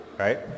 right